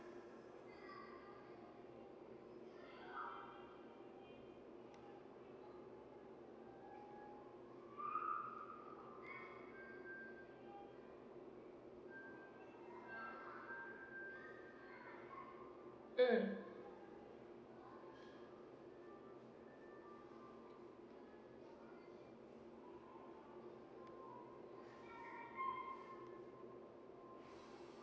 mm